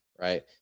right